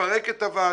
לפרק את הוועדה,